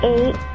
Eight